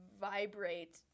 vibrate –